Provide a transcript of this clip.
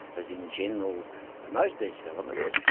that in general promoted these developments,